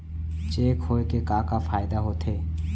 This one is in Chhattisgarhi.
चेक होए के का फाइदा होथे?